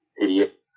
idiot